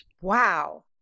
Wow